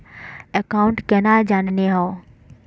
Account केना जाननेहव?